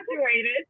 graduated